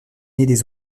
des